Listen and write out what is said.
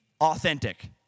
authentic